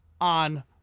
on